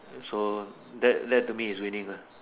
so that that to me is winning lah